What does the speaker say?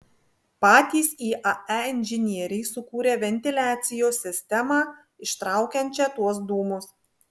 patys iae inžinieriai sukūrė ventiliacijos sistemą ištraukiančią tuos dūmus